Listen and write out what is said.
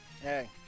hey